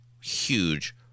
huge